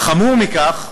חמור מכך,